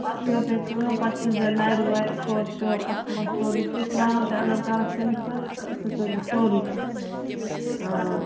پَتہٕ کٔرۍزِ کٲم پَتہٕ چھٔلۍزِ نَرِ وَرِ کھۄر شۄر اَتھٕ وَتھٕ سورُے کیٚںٛہہ سرٛان تہِ اَگر کَرَکھ تَمہِ سۭتۍ تہٕ ژٕ ژَلی سورُے آ